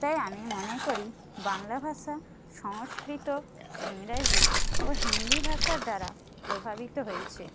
তাই আমি মনে করি বাংলা ভাষা সংস্কৃত ইংরাজি ও হিন্দি ভাষার দ্বারা প্রভাবিত হয়েছে